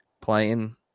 playing